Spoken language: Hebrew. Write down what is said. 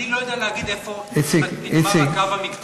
להגיד איפה נגמר הקו המקצועי.